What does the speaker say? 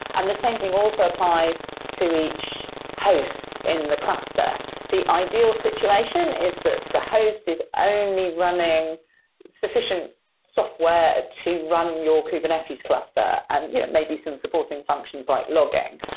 um the same thing also applies to each host in the cluster. the ideal situation is that the host is only running sufficient software to run your kubernetes cluster and you know maybe some supporting functions like logging,